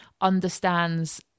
understands